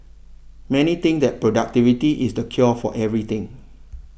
many think that productivity is the cure for everything